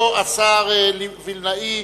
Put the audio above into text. השר וילנאי,